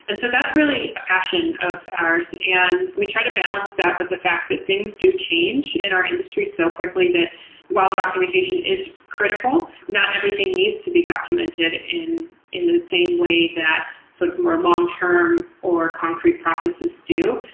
and so that's really a passion of ours, and we try to balance that with the fact that things do change in our industry so quickly that while documentation is critical, not everything needs to be documented in in the same way that sort of more long-term or concrete processes do.